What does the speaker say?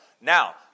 Now